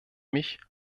mich